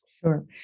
Sure